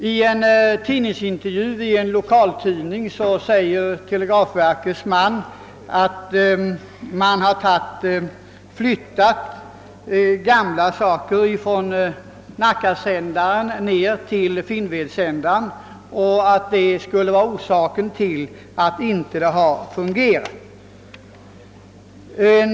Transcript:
I en intervju i en lokaltidning säger televerkets man, att man har flyttat gammal utrustning från Nackasändaren ned till Finnvedssändaren och att detta skulle vara orsaken till att denna inte har fungerat.